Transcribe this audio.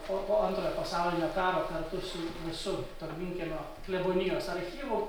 po po antrojo pasaulinio karo kartu su visu tolminkiemio klebonijos archyvu